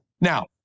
now